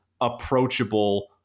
approachable